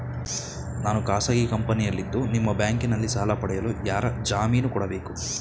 ನಾನು ಖಾಸಗಿ ಕಂಪನಿಯಲ್ಲಿದ್ದು ನಿಮ್ಮ ಬ್ಯಾಂಕಿನಲ್ಲಿ ಸಾಲ ಪಡೆಯಲು ಯಾರ ಜಾಮೀನು ಕೊಡಬೇಕು?